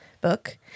book